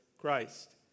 Christ